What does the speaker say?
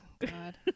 god